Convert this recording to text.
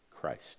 Christ